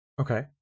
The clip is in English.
Okay